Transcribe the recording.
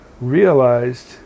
realized